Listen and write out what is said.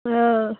हँ